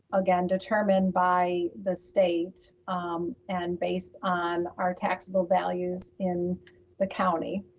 again, determined by the state and based on our taxable values in the county,